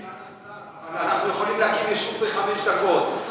סגן השר, אבל אנחנו יכולים להקים יישוב בחמש דקות.